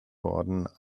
worden